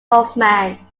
hofmann